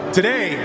Today